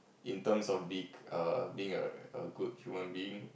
in terms of being err being a a good human being